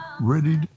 ready